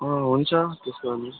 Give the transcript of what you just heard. अँ हुन्छ त्यसो गर्नुहोस्